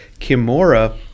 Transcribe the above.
Kimura